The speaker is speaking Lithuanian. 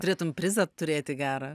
turėtum prizą turėti gerą